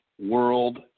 World